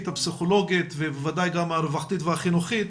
הפסיכולוגית ובוודאי גם הרווחתית והחינוכית,